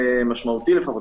משמעותי לפחות,